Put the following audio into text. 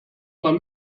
man